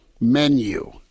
menu